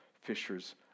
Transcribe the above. fishers